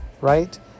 right